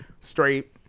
Straight